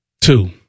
Two